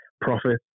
profit